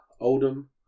Oldham